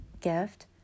gift